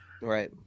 Right